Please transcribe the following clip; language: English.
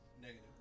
Negative